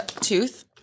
tooth